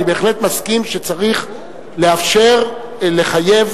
אני בהחלט מסכים שצריך לאפשר לחייב